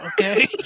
Okay